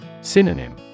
Synonym